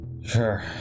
Sure